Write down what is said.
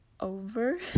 over